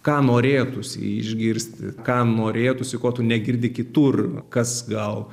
ką norėtųsi išgirsti ką norėtųsi ko tu negirdi kitur kas gal